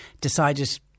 decided